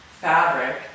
fabric